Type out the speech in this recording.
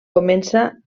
comença